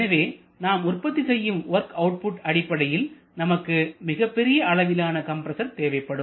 எனவே நாம் உற்பத்தி செய்யும் வொர்க் அவுட்புட் அடிப்படையில் நமக்கு மிகப்பெரிய அளவிலான கம்பரசர் தேவைப்படும்